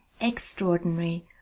extraordinary